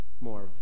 more